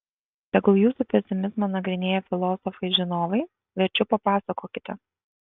tegul jūsų pesimizmą nagrinėja filosofai žinovai verčiau papasakokite